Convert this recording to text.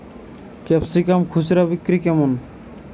Capsicum খুচরা বিক্রি কেমন?